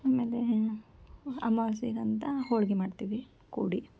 ಆಮೇಲೆ ಅಮ್ವಾಸೆಗೆ ಅಂತ ಹೋಳಿಗೆ ಮಾಡ್ತೀವಿ ಕೂಡಿ